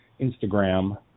instagram